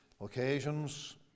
occasions